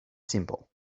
simple